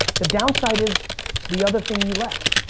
the downside is the other thing you left.